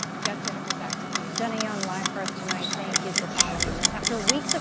jeff jennifer back to you jenny on live for us tonight. thank you for following this after weeks of